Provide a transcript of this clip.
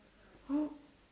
what